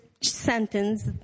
sentence